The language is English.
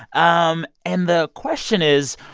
um and the question is,